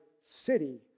city